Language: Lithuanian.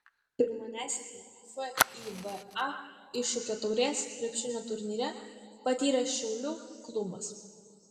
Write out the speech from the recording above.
pirmą nesėkmę fiba iššūkio taurės krepšinio turnyre patyrė šiaulių klubas